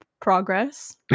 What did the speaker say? progress